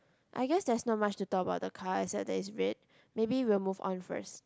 I guess there's not much to talk about the car except that it's red maybe we will move on first